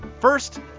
first